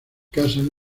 casan